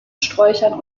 sträuchern